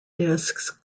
discs